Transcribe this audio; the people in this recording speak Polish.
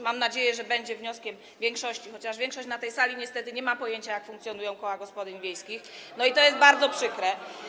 Mam nadzieję, że będzie on, stanie się wnioskiem większości, chociaż większość na tej sali niestety nie ma pojęcia, jak funkcjonują koła gospodyń wiejskich, i to jest bardzo przykre.